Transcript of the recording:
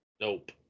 Nope